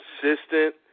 consistent